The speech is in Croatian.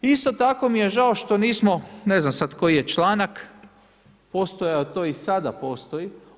Isto tako mi je žao što nismo, ne znam sad koji je članak postojao to i sada postoji.